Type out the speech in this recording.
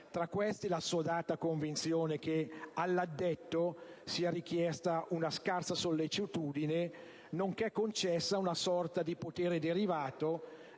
tra questi l'assodata convinzione che all'addetto sia richiesta una scarsa sollecitudine nonché concessa una sorta di potere derivato,